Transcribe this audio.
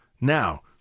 Now